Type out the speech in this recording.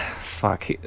fuck